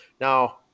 now